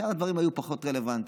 שאר הדברים היו פחות רלוונטיים,